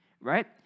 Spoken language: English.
right